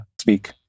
speak